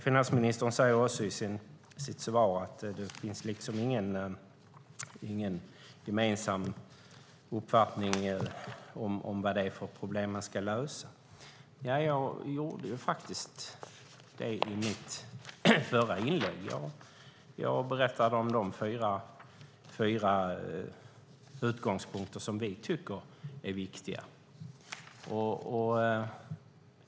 Finansministern säger i sitt svar att det inte finns någon gemensam uppfattning om vad det är för problem man ska lösa. Jag tog faktiskt upp detta i mitt förra inlägg. Jag berättade om de fyra utgångspunkter som vi tycker är viktiga.